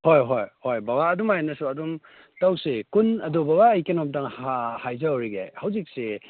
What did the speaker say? ꯍꯣꯏ ꯍꯣꯏ ꯍꯣꯏ ꯕꯕꯥ ꯑꯗꯨꯃꯥꯏꯅꯁꯨ ꯑꯗꯨꯝ ꯇꯧꯁꯤ ꯀꯨꯟ ꯑꯗꯨ ꯕꯕꯥ ꯑꯩ ꯀꯩꯅꯣꯝꯇꯪ ꯍꯥꯏꯖꯍꯧꯈꯤꯒꯦ ꯍꯧꯖꯤꯛꯁꯤ